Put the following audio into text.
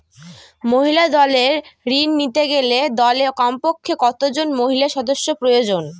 মহিলা দলের ঋণ নিতে গেলে দলে কমপক্ষে কত জন মহিলা সদস্য প্রয়োজন?